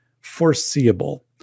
foreseeable